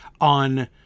on